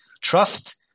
Trust